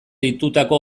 deitutako